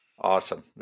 Awesome